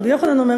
רבי יוחנן אומר,